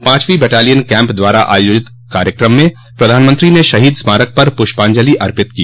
पांचवीं battalion camp द्वारा आयोजित कार्यक्रम में प्रधानमंत्री ने शहीद स्मारक पर पुष्पांजलि अर्पित की